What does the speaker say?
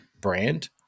brand